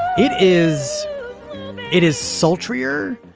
it is it is sultry here.